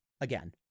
Again